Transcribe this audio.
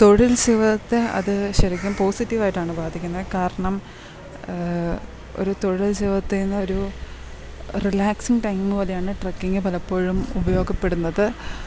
തൊഴിൽ സീവതത്തെ അത് ശരിക്കും പോസിറ്റീവ് ആയിട്ടാണ് ബാധിക്കുന്നത് കാരണം ഒരു തൊഴിൽ ജീവിതത്തിൽനിന്ന് ഒരു റിലാക്സിങ്ങ് ടൈം പോലെയാണ് ട്രക്കിങ്ങ് പലപ്പോഴും ഉപയോഗപ്പെടുന്നത്